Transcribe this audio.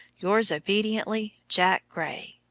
yours obediently, jack gray.